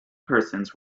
persons